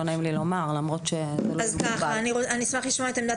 אני אשמח לשמוע את עמדת